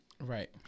Right